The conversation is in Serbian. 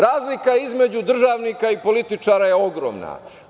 Razlika između državnika i političara je ogromna.